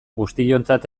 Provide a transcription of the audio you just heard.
guztiontzat